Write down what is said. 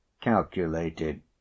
calculated